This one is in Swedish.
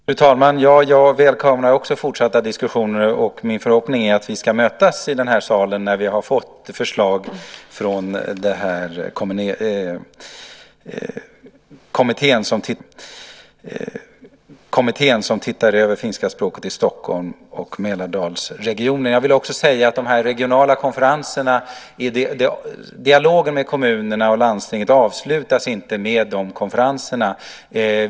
Fru talman! Jag välkomnar också fortsatta diskussioner. Min förhoppning är att vi ska mötas i den här salen när vi har fått förslag från den kommitté som ser över finska språket i Stockholm och Mälardalsregionen. Jag vill också säga att dialogen med kommunerna och landstinget inte avslutas med de regionala konferenserna.